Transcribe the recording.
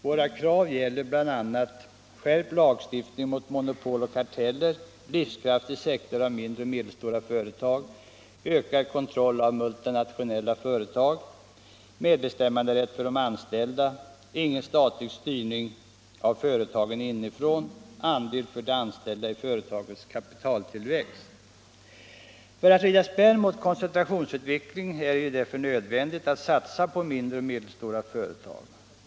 Våra krav gäller bl.a. skärpt lagstiftning mot monopol och karteller, en livskraftig sektor av mindre och medelstora företag, ökad kontroll av multinationella företag, medbestämmanderätt för de anställda, ingen statlig styrning av företagen inifrån, andel för de anställda i företagens kapitaltillväxt. För att rida spärr mot koncentrationsutvecklingen är det nödvändigt att satsa på mindre och medelstora företag.